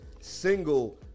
single